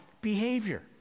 behavior